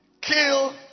Kill